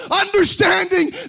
understanding